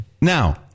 Now